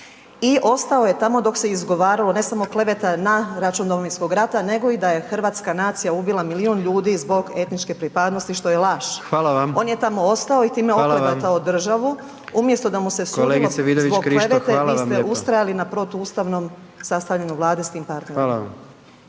i ostao je tamo dok se izgovarao ne samo kleveta na račun Domovinskog rada nego i da je hrvatska nacija ubila milion ljudi zbog etničke pripadnosti, što je laž …/Upadica: Hvala vam./… on je tamo ostao i time oklevetao državu umjesto da mu se sudilo zbog klevete vi ste ustrajali …/Upadica: Hvala vam lijepa./… na protuustavnom sastavljanju vlade s tim partnerom.